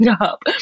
up